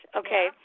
okay